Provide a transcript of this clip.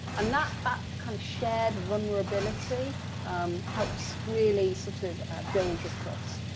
and that ah kind of shared vulnerability helps really sort of build the trust.